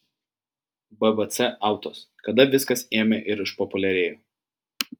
bbc autos kada viskas ėmė ir išpopuliarėjo